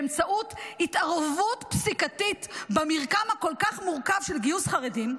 באמצעות התערבות פסיקתית במרקם המורכב כל כך של גיוס חרדים,